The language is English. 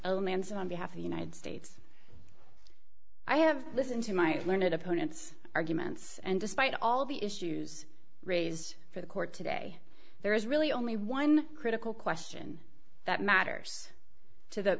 ends on behalf of the united states i have listened to my learned opponents arguments and despite all the issues raised for the court today there is really only one critical question that matters to the